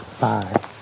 Bye